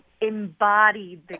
embodied